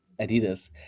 adidas